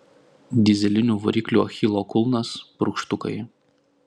dyzelinių variklių achilo kulnas purkštukai